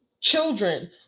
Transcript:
children